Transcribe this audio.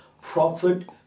prophet